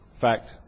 fact